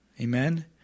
Amen